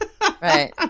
Right